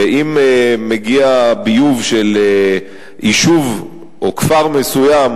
ואם מגיע ביוב של יישוב או כפר מסוים